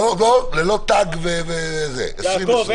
ללא תג --- יעקב,